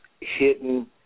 hidden